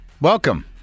Welcome